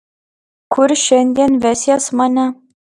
kur šiandien vesies mane